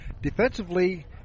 Defensively